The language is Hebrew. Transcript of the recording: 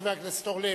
חבר הכנסת אורלב,